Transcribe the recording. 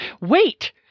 Wait